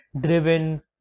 driven